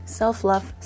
self-love